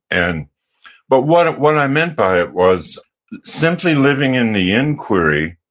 and but what what i meant by it was simply living in the inquiry